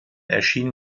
erschien